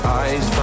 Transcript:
eyes